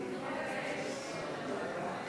הזכות לקבל מידע על ההליך הפלילי),